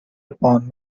upon